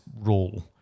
role